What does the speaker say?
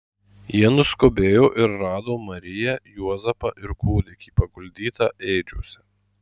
jie nuskubėjo ir rado mariją juozapą ir kūdikį paguldytą ėdžiose